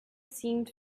seemed